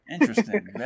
interesting